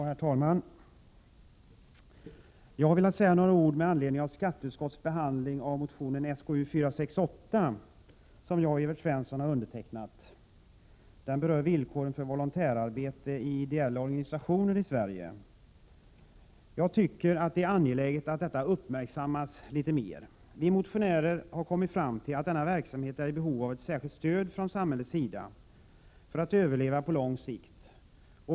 Herr talman! Jag har velat säga några ord med anledning av skatteutskottets behandling av motionen Sk468, som jag och Evert Svensson har undertecknat. Motionen berör villkoren för volontärarbete i ideella organisationer i Sverige. Jag tycker att det är angeläget att detta uppmärksammas mer. Vi motionärer har kommit fram till att denna verksamhet är i behov av ett särskilt stöd från samhällets sida för att överleva på lång sikt.